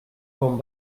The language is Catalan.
bon